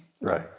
Right